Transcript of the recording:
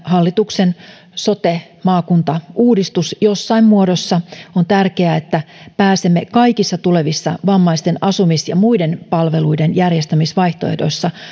hallituksen sote maakuntauudistus jossain muodossa on tärkeää että pääsemme kaikissa tulevissa vammaisten asumis ja muiden palveluiden järjestämisvaihtoehdoissa